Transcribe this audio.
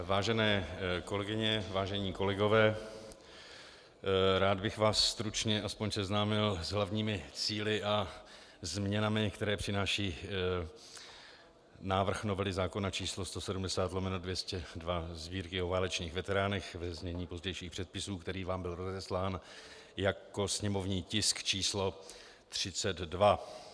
Vážené kolegyně, vážení kolegové, rád bych vás stručně alespoň seznámil s hlavními cíli a změnami, které přináší návrh novely zákona č. 170/202 Sb., o válečných veteránech, ve znění pozdějších předpisů, který vám byl rozeslán jako sněmovní tisk číslo 32.